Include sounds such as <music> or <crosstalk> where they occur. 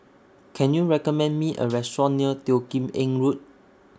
Can YOU recommend Me A <noise> Restaurant near Teo Kim Eng Road